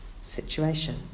situation